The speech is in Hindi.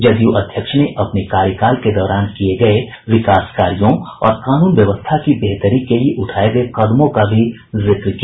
जदयू अध्यक्ष ने अपने कार्यकाल के दौरान किये गये विकास कार्यों और कानून व्यवस्था की बेहतरी के लिये उठाये गये कदमों का भी जिक्र किया